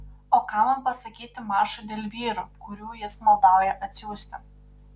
o ką man pasakyti maršui dėl vyrų kurių jis maldauja atsiųsti